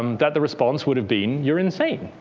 um that the response would have been, your insane.